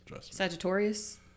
Sagittarius